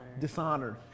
Dishonored